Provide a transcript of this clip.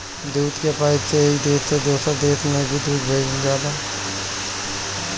दूध के पाइप से एक देश से दोसर देश में भी दूध भेजल जाला